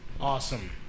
Awesome